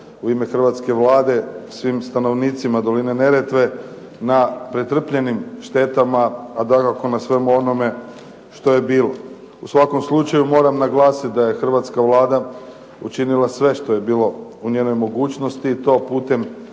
u ime hrvatske Vlade svim stanovnicima doline Neretve na pretrpljenim štetama, a dakako na svemu onome što je bilo. U svakom slučaju moram naglasiti da je hrvatska Vlada učinila sve što je bilo u njenoj mogućnosti i to putem